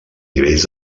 nivells